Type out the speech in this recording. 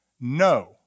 No